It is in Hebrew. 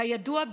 כידוע,